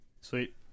Sweet